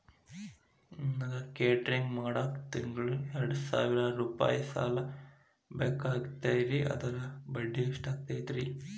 ನನಗ ಕೇಟರಿಂಗ್ ಮಾಡಾಕ್ ತಿಂಗಳಾ ಎರಡು ಸಾವಿರ ರೂಪಾಯಿ ಸಾಲ ಬೇಕಾಗೈತರಿ ಅದರ ಬಡ್ಡಿ ಎಷ್ಟ ಆಗತೈತ್ರಿ?